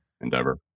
endeavor